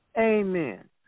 Amen